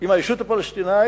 עם הישות הפלסטינית,